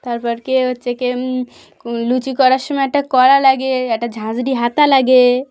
তারপর কি হচ্ছে কি লুচি করার সময় একটা কড়াই লাগে একটা ঝাঁঝরি হাতা লাগে